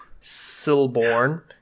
Silborn